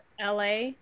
LA